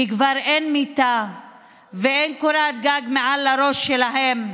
כי כבר אין מיטה ואין קורת גג מעל הראש שלהם,